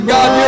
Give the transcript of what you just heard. God